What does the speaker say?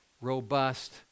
robust